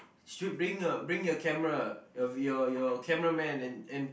should bring your camera your your your camera man and and